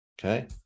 okay